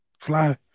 Fly